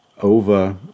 over